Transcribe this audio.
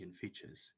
features